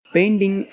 Painting